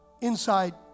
inside